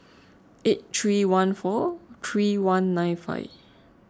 eight three one four three one nine five